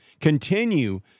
Continue